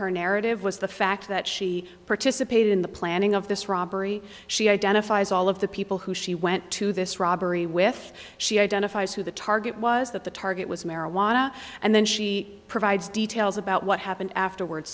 her narrative was the fact that she participated in the planning of this robbery she identifies all of the people who she went to this robbery with she identifies who the target was that the target was marijuana and then she provides details about what happened afterward